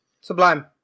Sublime